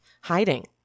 hiding